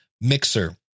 mixer